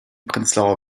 prenzlauer